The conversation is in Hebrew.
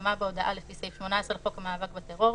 שפורסמה בהודעה לפי סעיף 18 לחוק המאבק בטרור,